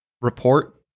report